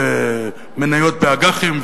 מניות באג"חים,